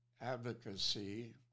advocacy